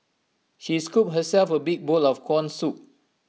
she scooped herself A big bowl of Corn Soup